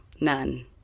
none